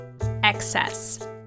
excess